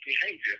behavior